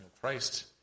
Christ